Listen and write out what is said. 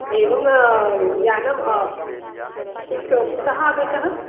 एवं यानं कुतः कुतः आगतः